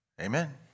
Amen